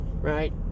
right